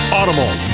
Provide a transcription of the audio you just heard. Audible